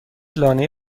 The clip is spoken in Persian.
لانه